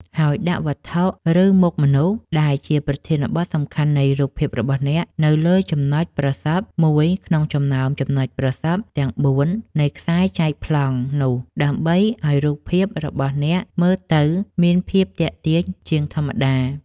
ហើយដាក់វត្ថុ ឬមុខមនុស្ស ដែលជាប្រធានបទសំខាន់នៃរូបភាពរបស់អ្នក នៅលើចំណុចប្រសព្វមួយក្នុងចំណោមចំណុចប្រសព្វទាំងបួននៃខ្សែចែកប្លង់នោះ ដើម្បីឱ្យរូបភាពរបស់អ្នកមើលទៅមានភាពទាក់ទាញជាងធម្មតា។